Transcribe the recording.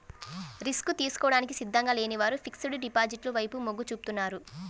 risk తీసుకోవడానికి సిద్ధంగా లేని వారు ఫిక్స్డ్ డిపాజిట్ల వైపు మొగ్గు చూపుతున్నారు